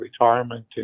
retirement